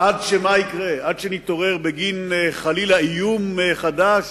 עד שמה יקרה, עד שנתעורר בגין, חלילה, איום חדש?